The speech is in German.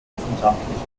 wissenschaftliche